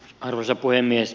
arvoisa puhemies